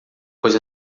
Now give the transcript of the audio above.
pois